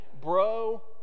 Bro